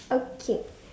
okay